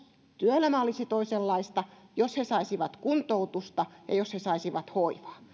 työelämä olisi toisenlaista jos he saisivat kuntoutusta ja jos he saisivat hoivaa